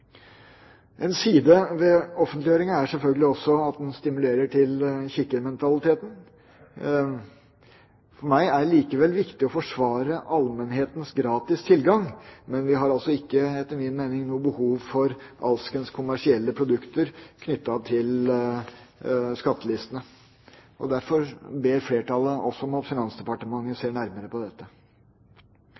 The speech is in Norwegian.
En side ved offentliggjøring er selvfølgelig at det også stimulerer til kikkermentalitet. For meg er det likevel viktig å forsvare allmennhetens gratis tilgang, men vi har altså ikke etter min mening noe behov for alskens kommersielle produkter knyttet til skattelistene. Derfor ber flertallet også om at Finansdepartementet ser nærmere på dette.